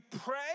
pray